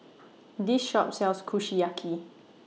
This Shop sells Kushiyaki